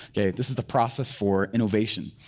okay? this is the process for innovation.